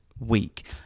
week